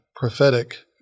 prophetic